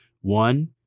One